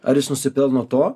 ar jis nusipelno to